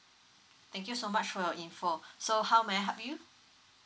thank you so much for your info so how may I help you